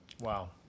Wow